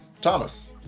Thomas